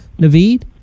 Naveed